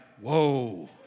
Whoa